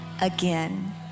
again